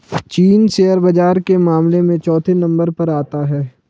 चीन शेयर बाजार के मामले में चौथे नम्बर पर आता है